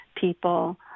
people